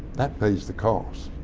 that pays the cost.